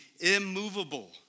immovable